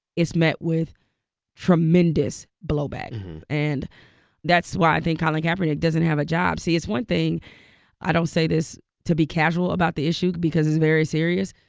it's met with tremendous blowback and that's why i think colin kaepernick doesn't have a job. see, it's one thing i don't say this to be casual about the issue because it's very serious.